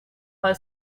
her